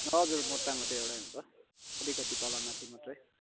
हजुर मोटामोटी एउटै हुन्छ अलिकति तलमाथि मात्रै